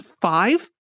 five